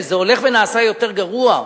וזה הולך ונעשה יותר גרוע,